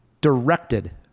directed